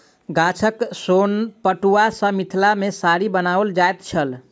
गाछक सोन पटुआ सॅ मिथिला मे साड़ी बनाओल जाइत छल